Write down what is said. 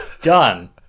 done